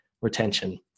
retention